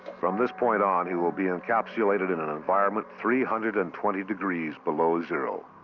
from this point on, he will be encapsulated in an environment three hundred and twenty degrees below zero.